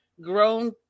grown